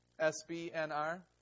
SBNR